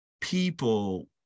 people